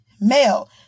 male